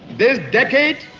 this decade,